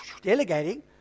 delegating